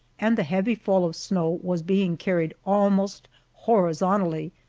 and the heavy fall of snow was being carried almost horizontally,